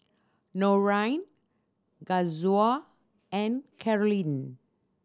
Norine Kazuo and Carolynn